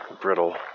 brittle